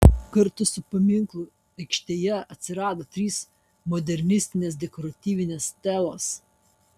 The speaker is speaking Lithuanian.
kartu su paminklu aikštėje atsirado trys modernistinės dekoratyvinės stelos